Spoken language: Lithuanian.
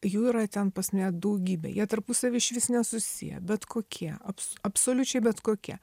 jų yra ten pas mane daugybė jie tarpusavy išvis nesusiję bet kokie abs absoliučiai bet kokie